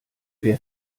wer